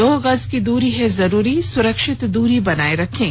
दो गज की दूरी है जरूरी सुरक्षित दूरी बनाए रखें